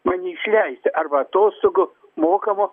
mane išleisti arba atostogų mokamų